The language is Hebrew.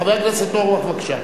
חבר הכנסת אורבך, בבקשה.